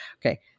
Okay